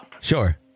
Sure